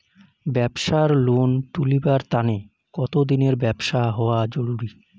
ব্যাবসার লোন তুলিবার তানে কতদিনের ব্যবসা হওয়া জরুরি?